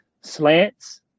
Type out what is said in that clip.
slants